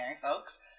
folks